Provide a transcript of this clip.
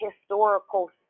historical